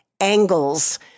angles